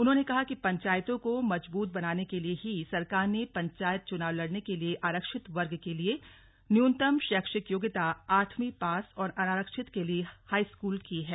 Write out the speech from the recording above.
उन्होंने कहा कि पंचायतों को मजबूत बनाने के लिए ही सरकार ने पंचायत चुनाव लड़ने के लिए आरक्षित वर्ग के लिए न्यूनतम शैक्षिक योग्यता आठवीं पास और अनारक्षित के लिए हाईस्कूल की है